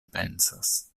pensas